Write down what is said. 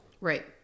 Right